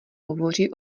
hovoří